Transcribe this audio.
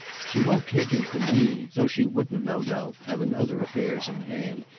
she won't take him from me though she wouldn't, no doubt, having other affairs in hand,